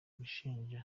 gushinja